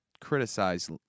criticize